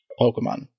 pokemon